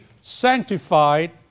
sanctified